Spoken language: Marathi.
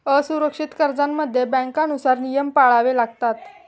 असुरक्षित कर्जांमध्ये बँकांनुसार नियम पाळावे लागतात